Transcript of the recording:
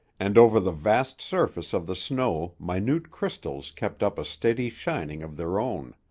and over the vast surface of the snow minute crystals kept up a steady shining of their own.